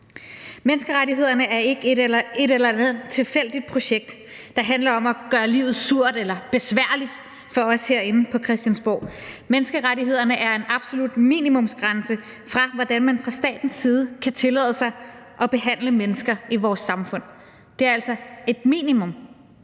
Menneskerettighederne er ikke et eller andet tilfældigt projekt, der handler om at gøre livet surt eller besværligt for os herinde på Christiansborg. Menneskerettighederne er en absolut minimumsgrænse for, hvordan man fra statens side kan tillade sig at behandle mennesker i vores samfund. Det er altså et minimum,